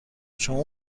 شما